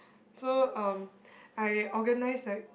so um I organize like